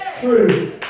true